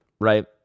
right